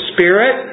Spirit